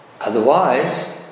Otherwise